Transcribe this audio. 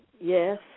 yes